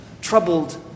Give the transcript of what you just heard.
troubled